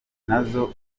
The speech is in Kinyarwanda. nazo